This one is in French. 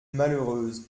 malheureuse